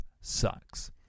sucks